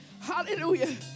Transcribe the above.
Hallelujah